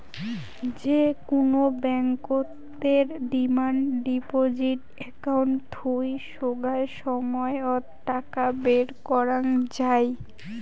যে কুনো ব্যাংকতের ডিমান্ড ডিপজিট একাউন্ট থুই সোগায় সময়ত টাকা বের করাঙ যাই